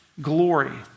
glory